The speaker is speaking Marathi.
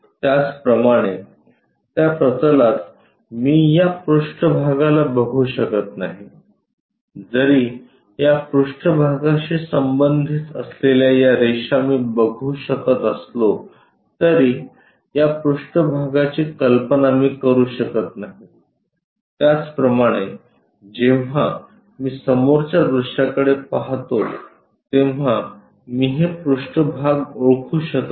त्याचप्रमाणे त्या प्रतलात मी या पृष्ठभागाला बघू शकत नाही जरी या पृष्ठभागाशी संबंधीत असलेल्या या रेषा मी बघू शकत असलो तरी या पृष्ठभागाची कल्पना मी करू शकत नाही त्याचप्रमाणे जेव्हा मी समोरच्या दृश्याकडे पाहतो तेव्हा मी हे पृष्ठभाग ओळखू शकत नाही